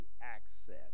access